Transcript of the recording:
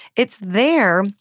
it's there.